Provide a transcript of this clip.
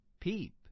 peep